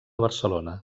barcelona